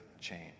change